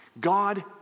God